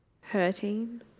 hurting